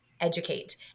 educate